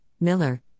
Miller